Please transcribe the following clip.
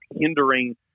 hindering